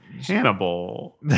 Hannibal